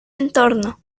entorno